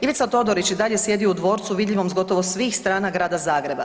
Ivica Todorić i dalje sjedi u dvorcu vidljivom s gotovo svih strana Grada Zagreba.